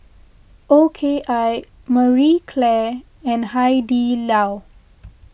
O K I Marie Claire and Hai Di Lao